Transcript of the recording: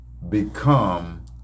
Become